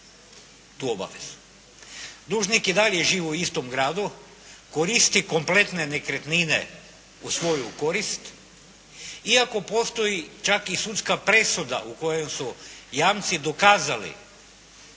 tu obavezu. Dužnik i dalje živi u istom gradu, koristi kompletne nekretnine u svoju korist iako postoji čak i sudska presuda u kojoj su jamci dokazali